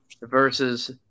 versus